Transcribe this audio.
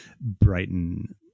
Brighton